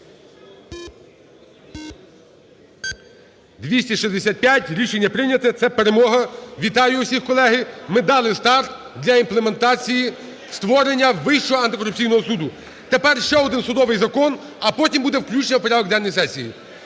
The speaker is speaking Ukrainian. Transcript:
За-265 Рішення прийняте. Це перемога. Вітаю усіх, колеги. Ми дали старт для імплементації створення Вищого антикорупційного суду. Тепер ще один судовий закон, а потім буде включення в порядок денний сесії.